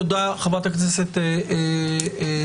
תודה, חברת הכנסת לסקי.